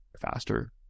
faster